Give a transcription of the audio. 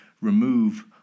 remove